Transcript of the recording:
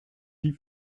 die